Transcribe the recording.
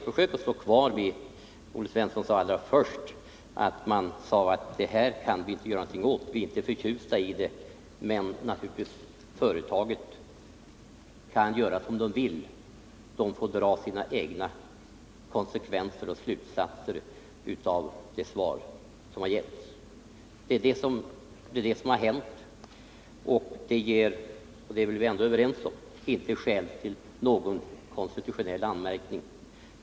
Försök att stå kvar vid den första tolkningen av utrikesdepartementets reaktion: Det här kan vi inte göra någonting åt. Vi är inte förtjusta, men företaget kan göra som det vill. Det får dra sina egna konsekvenser och slutsatser av det svar som har getts. Det är vad som har hänt, och detta — det är vi väl ändå överens om — ger icke skäl till någon konstitutionell anmärkning.